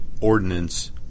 ordinance